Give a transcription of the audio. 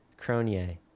Cronier